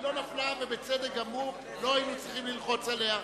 לא נפלה, ובצדק גמור לא היינו צריכים ללחוץ עליה.